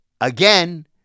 again